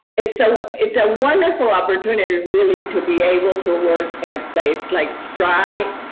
it's so it's a wonderful opportunity to really to be able to work in a place like stri,